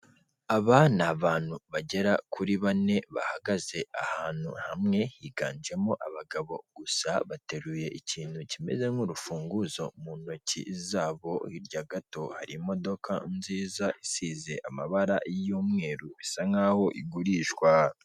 Abana ni abantu bagera kuri bane bahagaze ahantu hamwe higanjemo abagabo gusa bateruye ikintu kimeze nk'urufunguzo mu ntoki zabo hirya gato hari imodoka nziza isize amabara y'umweru bisa nkaho igurishwa.